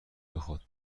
بخواد